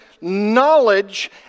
knowledge